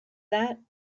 that